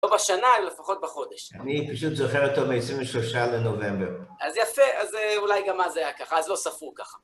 לא בשנה, אלא לפחות בחודש. אני פשוט זוכר אותו מ-23 שנה לנובמבר. אז יפה, אז אולי גם אז היה ככה, אז לא ספרו ככה.